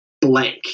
blank